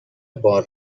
بار